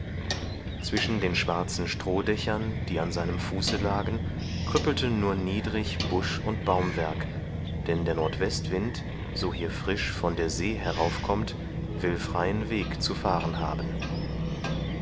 zwischen den schwarzen strohdächern die an seinem fuße lagen krüppelte nur niedrig buschund baumwerk denn der nordwestwind so hier frisch von der see heraufkommt will freien weg zu fahren haben